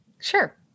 Sure